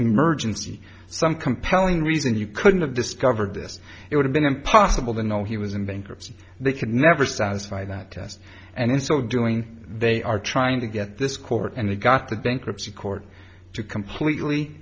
emergency some compelling reason you couldn't have discovered this it would have been impossible to know he was in bankruptcy they could never satisfy that test and in so doing they are trying to get this court and they got the bankruptcy court to completely